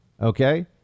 Okay